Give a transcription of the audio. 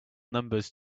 numbers